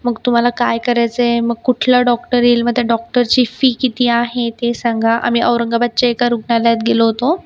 मग तुम्हाला काय करायचं आहे मग कुठला डॉक्टर येईल मग त्या डॉक्टरची फी किती आहे ते सांगा आम्ही औरंगाबादच्या एका रुग्णालयात गेलो होतो